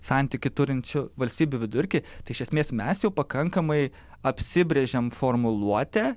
santykį turinčių valstybių vidurkį tai iš esmės mes jau pakankamai apsibrėžėm formuluotę